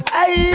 Hey